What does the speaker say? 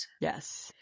Yes